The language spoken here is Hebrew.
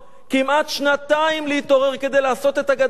כמעט שנתיים להתעורר כדי לעשות את הגדר.